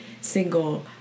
single